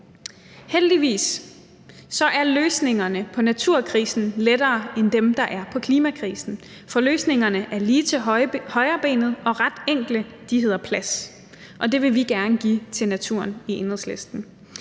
Heldigvis er løsningerne på naturkrisen lettere end dem, der er på klimakrisen. Løsningerne er lige til højrebenet, og de er ret enkle. De hedder plads. Og det vil vi i Enhedslisten